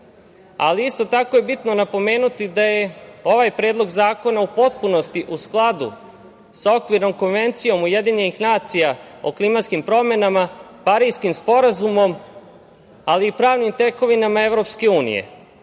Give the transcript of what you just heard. ali isto tako je bitno napomenuti da je ovaj Predlog zakona u potpunosti u skladu sa Okvirnom konvencijom UN o klimatskim promenama, Pariskim sporazumom, ali i pravnim tekovinama EU.Međutim,